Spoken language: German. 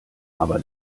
aber